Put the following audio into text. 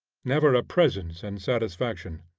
never a presence and satisfaction.